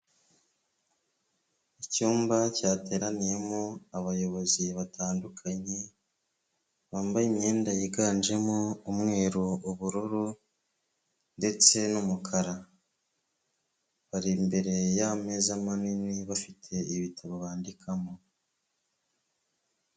Icyumba cyateraniyemo abayobozi batandukanye, bambaye imyenda yiganjemo umweru, ubururu ndetse n'umukara, bari imbere y'ameza manini bafite ibitabo bandikamo.